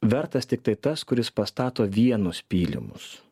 vertas tiktai tas kuris pastato vienus pylimus